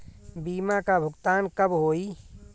बीमा का भुगतान कब होइ?